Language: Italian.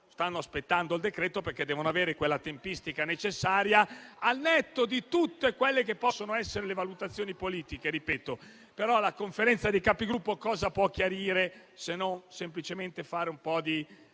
stanno aspettando il provvedimento perché devono avere la tempistica necessaria, al netto di tutte quelle che possono essere le valutazioni politiche. La Conferenza dei capigruppo cosa può chiarire se non semplicemente fare un po' di